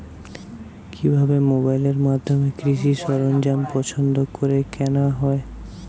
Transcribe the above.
কিভাবে মোবাইলের মাধ্যমে কৃষি সরঞ্জাম পছন্দ করে কেনা হয়?